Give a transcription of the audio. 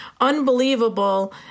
unbelievable